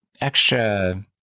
extra